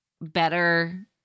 better